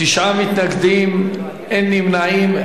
תשעה מתנגדים, אין נמנעים.